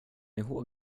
ihåg